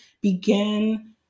begin